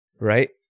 right